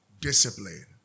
discipline